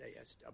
ASW